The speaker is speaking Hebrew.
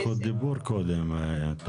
טוב, לא נתנו לה זכות דיבור קודם, תומר.